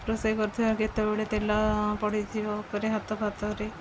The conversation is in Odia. ରୋଷେଇ କରୁଥିବା କେତେବେଳେ ତେଲ ପଡ଼ିଯିବ ଉପରେ ହାତ ଫାତରେ